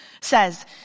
says